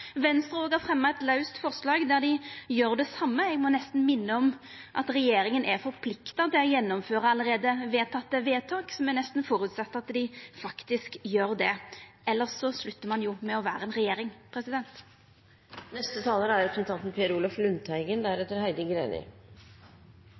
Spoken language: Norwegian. har fremja eit forslag der dei gjer det same. Eg må nesten minna om at regjeringa er forplikta til å gjennomføra vedtak, så me må gå ut frå at dei gjer det, elles sluttar dei å vera ei regjering. Regjeringa bruker 22. juli som argument for å sentralisere, og det er